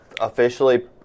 officially